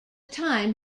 time